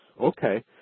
okay